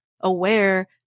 aware